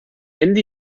ende